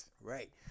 Right